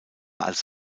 als